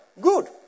Good